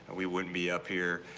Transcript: we wouldn't be up here.